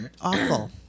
awful